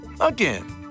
Again